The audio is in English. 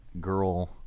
girl